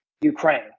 Ukraine